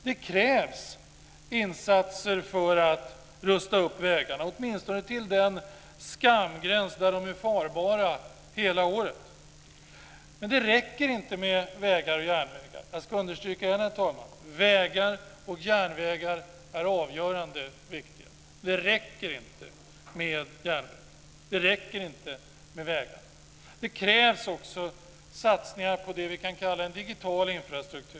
Det krävs insatser för att rusta upp vägarna åtminstone till den skamgräns där de är farbara hela året. Men det räcker inte med vägar och järnvägar. Jag vill understryka igen, herr talman, att vägar och järnvägar är avgörande viktiga. Men det räcker inte med järnvägarna. Det räcker inte med vägarna. Det krävs också satsningar på det som vi kan kalla en digital infrastruktur.